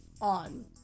on